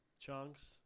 Chunks